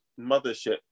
mothership